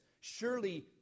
Surely